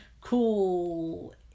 cool